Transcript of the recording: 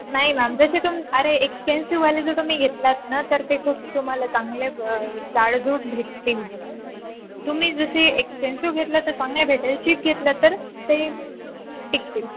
नाही मॅम जसे तुम अरे एक्सपेनसिववाले जर तुम्ही घेतलात नं तर ते खूप तुम्हाला चांगले ब जाडजूड भेटतील मग तुम्ही जसे एक्सपेन्सिव्ह घेतल्या तर चांगल्या भेटेल चीप घेतल्या तर ते टिकतील